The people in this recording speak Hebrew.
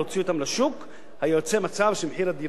היה נוצר מצב שמחיר הדירות היה נופל בצורה משמעותית.